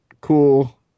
cool